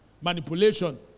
manipulation